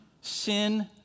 sin